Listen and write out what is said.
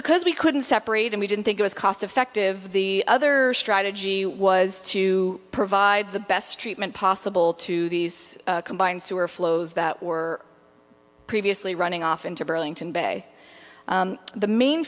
because we couldn't separate them we didn't think it was cost effective the other strategy was to provide the best treatment possible to these combined sewer flows that were previously running off into burlington bay the main